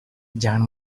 jangan